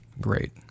great